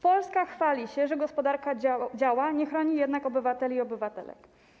Polska chwali się, że gospodarka działa, nie chroni jednak obywateli i obywatelek.